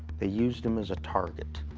they used him as a target,